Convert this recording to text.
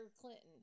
Clinton